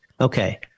Okay